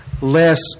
less